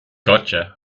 gotcha